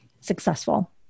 successful